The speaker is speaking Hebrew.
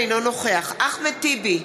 אינו נוכח אחמד טיבי,